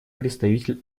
представитель